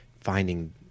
finding